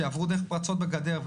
שיעברו דרך פרצות בגדר,